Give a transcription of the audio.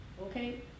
okay